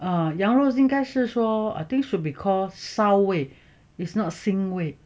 羊肉应该是说 I think should be called 骚味 it's not 腥味